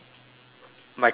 michael schumacher